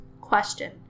Question